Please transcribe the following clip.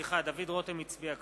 (קורא בשמות חברי הכנסת) סליחה.